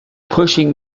pushing